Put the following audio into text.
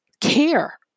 care